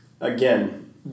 Again